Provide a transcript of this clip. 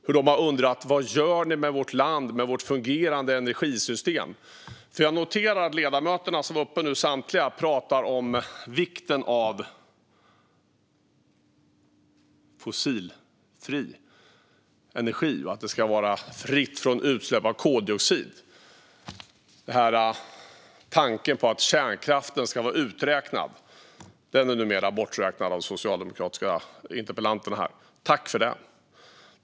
De har undrat: Vad gör ni med vårt land och med vårt fungerande energisystem? Jag noterar att samtliga ledamöter som var uppe i talarstolen nu pratade om vikten av fossilfri energi och att den ska vara fri från utsläpp av koldioxid. Tanken på att kärnkraften ska vara uträknad är numera borträknad av de socialdemokratiska interpellanterna. Tack för det!